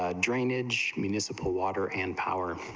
ah drainage municipal water and power